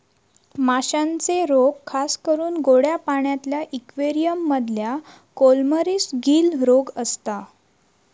माश्यांचे रोग खासकरून गोड्या पाण्यातल्या इक्वेरियम मधल्या कॉलमरीस, गील रोग असता